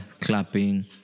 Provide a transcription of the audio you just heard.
clapping